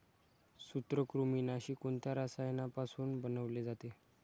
सूत्रकृमिनाशी कोणत्या रसायनापासून बनवले जाते?